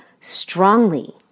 strongly